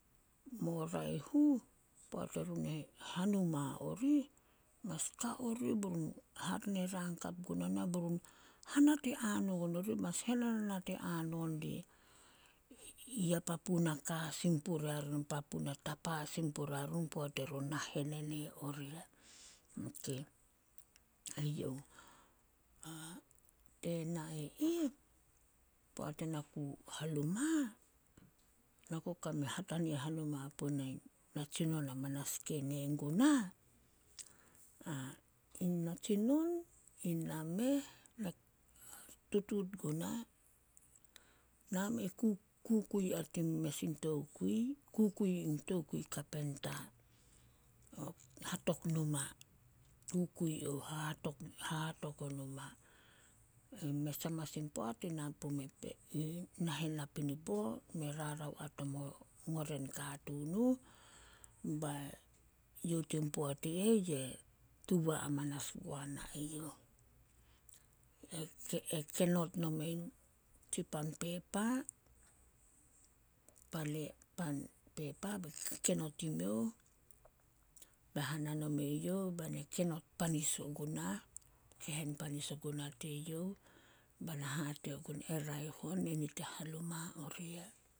﻿ Mo raeh uh, poat erun e hanuma orih, mas ka oriih, hare ne rang hakap guna na, be run hanete hanon orih mas hene nanate hanon die ya papu naka sin puria run papu na tapa sin puria run poat erun na henene oria. Ena e ih, poat en ku hanuma hatania hanuma puna in natsinon amas ke ne guna. In natsinon ina meh, tutuut guna. Kukui a tin mes in tokui. Kukui in tokui kapenta, hatok numa kukui ouh. Hahatok o numa. Mes amanas in poat i na pume nahen na pinipo me rarao a tomo ngoren katuun nuh. Youh tin poat i eh ye tuba amanas guana eyouh. E enot nome tsipan pepa, pan pepa kenot i miouh, be hana nome youh bai na kenot panis ogunah, kehen panis ogunah teyouh. Bai na hate gun eyouh, "E raeh on enit e hanuma oria.